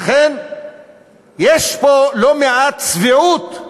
לכן, יש פה לא מעט צביעות,